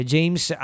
James